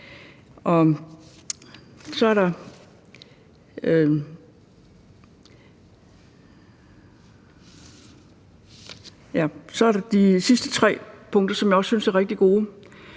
Så er der de sidste tre punkter, som jeg også synes er rigtig gode.